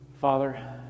Father